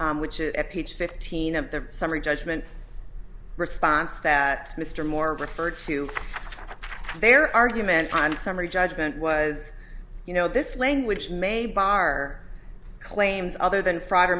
two which is a ph fifteen of the summary judgment response that mr moore referred to their argument on summary judgment was you know this language may bar claims other than fraud or